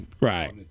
Right